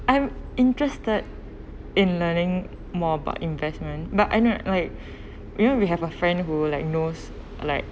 I am interested in learning more about investment but I know like you know you have a friend who knows like